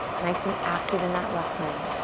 nice and active in that left leg.